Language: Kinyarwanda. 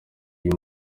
iyo